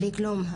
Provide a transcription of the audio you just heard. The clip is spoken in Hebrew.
בלי כלום.